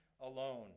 alone